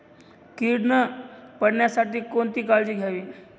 कीड न पडण्यासाठी कोणती काळजी घ्यावी?